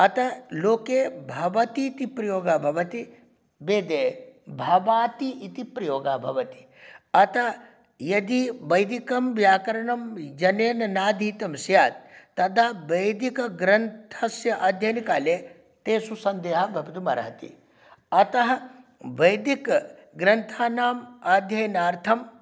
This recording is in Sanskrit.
अतः लोके भवतीति प्रयोग भवति वेदे भवाती इति प्रयोगः भवति अतः यदि वैदिकं व्याकरणं जनेन नाधीतं स्यात् तदा वैदिकग्रन्थस्य अध्ययनकाले तेषु सन्देहः भवितुम् अर्हति अतः वैदिकग्रन्थानाम् अध्ययनार्थं